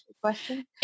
question